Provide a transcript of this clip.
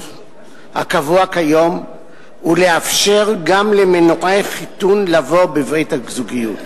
הקבוע כיום ולאפשר גם למנועי חיתון לבוא בברית הזוגיות.